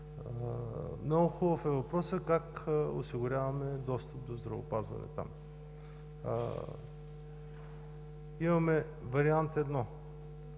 много хубав е въпросът: как осигуряваме достъп до здравеопазване там? Имаме вариант 1